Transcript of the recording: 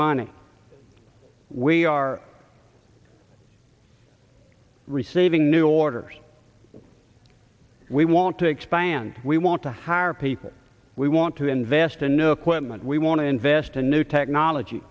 money we are receiving new orders we want to expand we want to hire people we want to invest in new equipment we want to invest in new technology